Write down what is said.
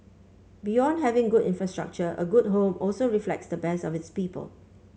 beyond having good infrastructure a good home also reflects the best of its people